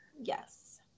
Yes